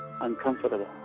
uncomfortable